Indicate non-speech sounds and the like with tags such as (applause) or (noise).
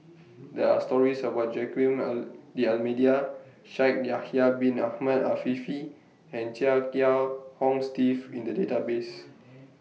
There Are stories about Joaquim (unintelligible) D'almeida Shaikh Yahya Bin Ahmed Afifi and Chia Kiah Hong Steve in The Database